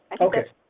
Okay